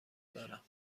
دارم